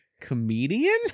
comedian